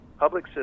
public